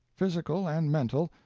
physical and mental,